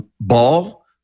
ball